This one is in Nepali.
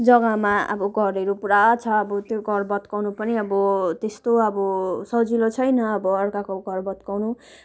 जग्गामा अब घरहरू पुरा छ अब त्यो घर भत्काउनु पनि अब त्यस्तो अब सजिलो छैन अब अर्काको घर भत्काउनु